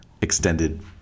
extended